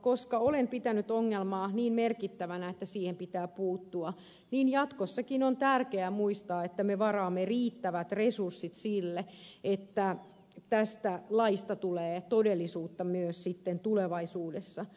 koska olen pitänyt ongelmaa niin merkittävänä että siihen pitää puuttua jatkossakin on tärkeää muistaa että me varaamme riittävät resurssit sille että tästä laista tulee todellisuutta myös sitten tulevaisuudessa